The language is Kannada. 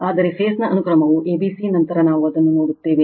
ಆದರೆ ಫೇಸ್ ನ ಅನುಕ್ರಮವು a b c ನಂತರ ನಾವು ಅದನ್ನು ನೋಡುತ್ತೇವೆ